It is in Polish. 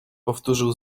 powtórzył